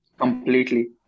completely